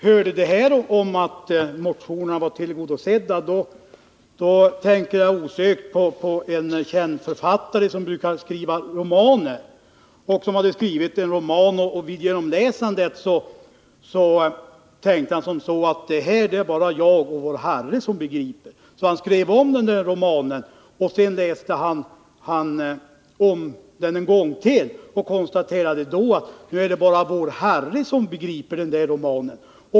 Herr talman! Då jag hörde att motionskraven blivit tillgodosedda kom jag osökt att tänka på en känd författare som brukar skriva romaner. Han hade skrivit en roman, men vid genomläsandet tänkte han: Det här begriper bara jag och vår Herre. Så skrev han om romanen och läste igenom den på nytt och konstaterade då: Nu är det bara vår Herre som begriper romanen.